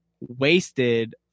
wasted